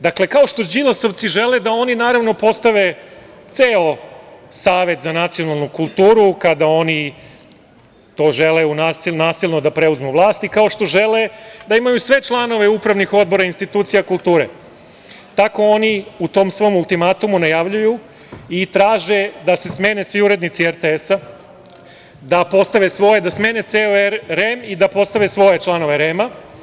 Dakle, kao što Đilasovci žele da oni postave ceo Nacionalni savet za kulturu, kada oni žele nasilno da preuzmu vlast, kao što žele da imaju sve članove upravnih odbora institucija kulture, tako oni u svom ultimatumu najavljuju i traže da se smene svi urednici RTS, da postave svoje, da smene ceo REM i postave svoje članove REM.